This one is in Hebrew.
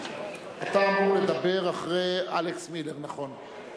אתה אמור לדבר אחרי אלכס מילר, נכון,